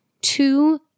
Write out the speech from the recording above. two